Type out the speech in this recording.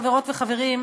חברות וחברים,